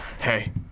Hey